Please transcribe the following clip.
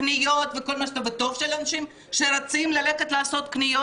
קניות וטוב שיש אנשים שרצים ללכת קניות.